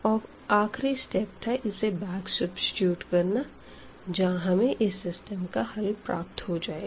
और आखिरी स्टेप था इसे बैक सब्सिट्यूट करना जहाँ हमें इस सिस्टम का हल प्राप्त हो जाएगा